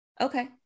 okay